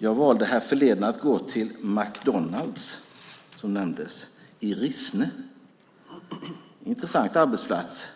Jag valde härförleden att gå till McDonalds i Rissne - en intressant arbetsplats.